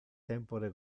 tempore